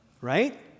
right